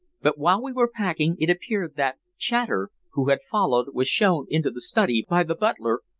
but while we were packing, it appeared that chater, who had followed, was shown into the study by the butler,